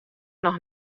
noch